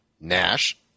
Nash